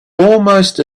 almost